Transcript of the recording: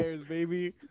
baby